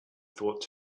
thought